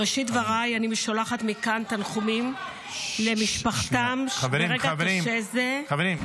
בראשית דבריי אני שולחת מכאן תנחומים למשפחתם ברגע קשה זה -- חברים,